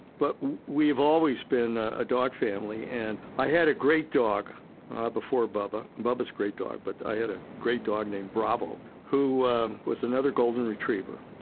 but we've always been a dog family and i had a great dog before bubba, bubba is great dog but i had a great dog named bravo, who was another golden retriever.